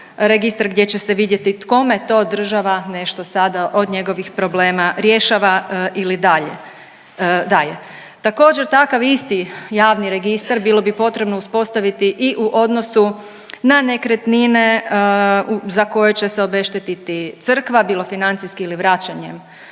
registar gdje će se vidjeti kome to država nešto sada od njegovih problema rješava ili daje. Također, takav isti javni registar bilo bi potrebno uspostaviti i u odnosu na nekretnine za koje će se obeštetiti crkva bilo financijski ili vraćanjem